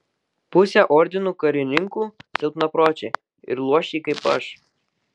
pusė ordino karininkų silpnapročiai ir luošiai kaip aš